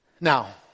Now